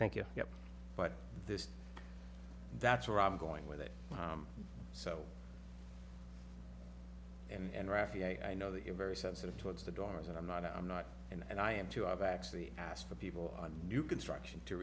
thank you yeah but this that's where i'm going with it so and rafi i know that you're very sensitive towards the doors and i'm not i'm not and i am too i've actually asked for people on new construction to